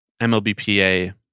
MLBPA